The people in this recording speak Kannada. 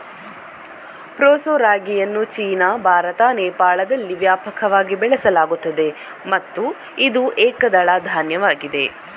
ಪ್ರೋಸೋ ರಾಗಿಯನ್ನು ಚೀನಾ, ಭಾರತ, ನೇಪಾಳದಲ್ಲಿ ವ್ಯಾಪಕವಾಗಿ ಬೆಳೆಸಲಾಗುತ್ತದೆ ಮತ್ತು ಇದು ಏಕದಳ ಧಾನ್ಯವಾಗಿದೆ